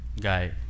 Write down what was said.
guy